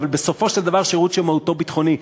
אבל בסופו של דבר שירות שמהותו ביטחונית,